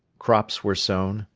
crops were sown,